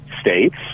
states